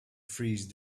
freeze